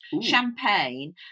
champagne